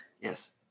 Yes